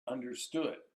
understood